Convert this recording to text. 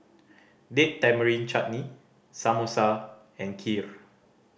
Date Tamarind Chutney Samosa and Kheer